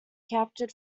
captured